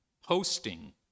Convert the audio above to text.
hosting